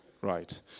right